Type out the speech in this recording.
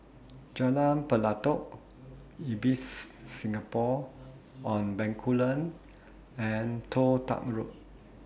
Jalan Pelatok Ibis Singapore on Bencoolen and Toh Tuck Road